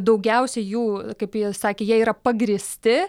daugiausia jų kaip jie sakė jie yra pagrįsti